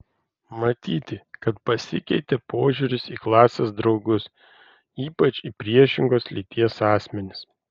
matyti kad pasikeitė požiūris į klasės draugus ypač į priešingos lyties asmenis